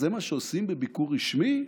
זה מה שעושים בביקור רשמי?